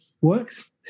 works